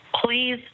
please